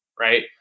right